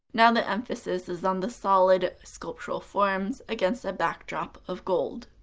now the emphasis is on the solid, sculptural forms against a backdrop of gold.